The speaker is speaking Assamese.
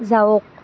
যাওক